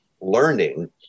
learning